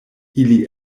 ili